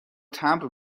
تمبر